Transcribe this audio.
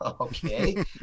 Okay